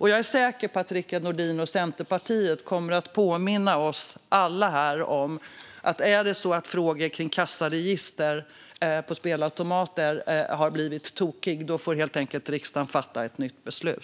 Jag är säker på att Rickard Nordin och Centerpartiet kommer att påminna oss alla här om detta. Har det blivit tokigt när det gäller frågor kring kassaregister för spelautomater får riksdagen helt enkelt fatta ett nytt beslut.